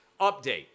Update